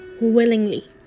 willingly